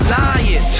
lying